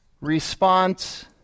Response